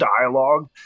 dialogue